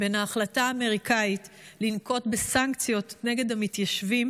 בין ההחלטה האמריקאית לנקוט סנקציות נגד המתיישבים